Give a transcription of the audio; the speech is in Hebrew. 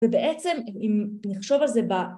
ובעצם אם נחשוב על זה